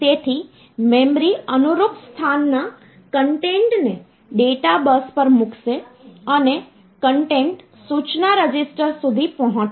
તેથી મેમરી અનુરૂપ સ્થાનના કન્ટેન્ટને ડેટા બસ પર મૂકશે અને કન્ટેન્ટ સૂચના રજીસ્ટર સુધી પહોંચશે